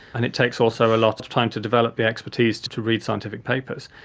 and it takes also a lot of time to develop the expertise to to read scientific papers.